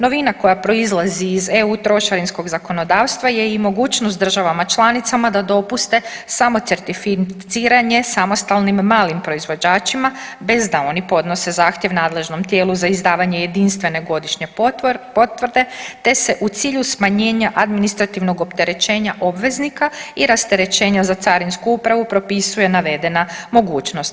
Novina koja proizlazi iz EU trošarinskog zakonodavstva je i mogućnost državama članicama da dopuste samo certificiranje samostalnim malim proizvođačima bez da oni podnose zahtjev nadležnom tijelu za izdavanje jedinstvene godišnje potvrde, te se u cilju smanjenja administrativnog opterećenja obveznika i rasterećenja za Carinsku upravu propisuje navedena mogućnost.